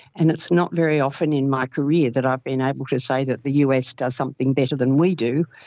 and it's not very often in my career that i've been able to say that the us does something better than we do,